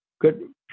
good